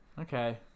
Okay